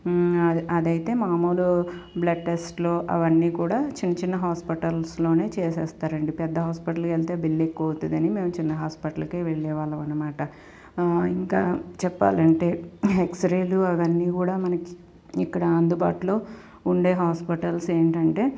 అది అదైతే మామూలు బ్లడ్ టెస్ట్లు అవన్నీ కూడా చిన్న చిన్న హాస్పిటల్స్లోనే చేసేస్తారండి పెద్ద హాస్పిటల్కి వెళ్తే బిల్ ఎక్కువ అవుతుందని మేము చిన్న హాస్పిటల్కే వెళ్ళేవాళ్ళనమాట ఇంకా చెప్పాలంటే ఎక్సరేలు అవన్నీ కూడా మనకి ఇక్కడ అందుబాటులో ఉండే హాస్పిటాల్స్ ఏంటంటే